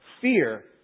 fear